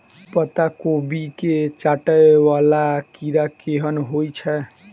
पत्ता कोबी केँ चाटय वला कीड़ा केहन होइ छै?